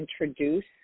introduce